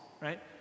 right